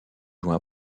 joint